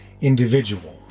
individual